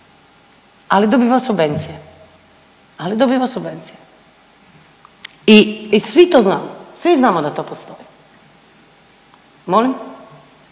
ne radi ništa, ali dobiva subvencije i svi to znamo, svi znamo da to postoji. Molim?